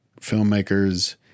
filmmakers